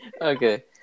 okay